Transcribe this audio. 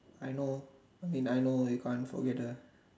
I know I mean I know you can't forget the